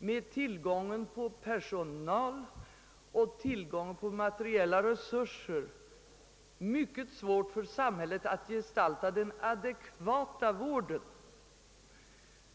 till tillgången på personal och materiella resurser är mycket svårt för samhället att gestalta den adekvata vården.